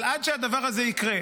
אבל עד שהדבר הזה יקרה,